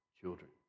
children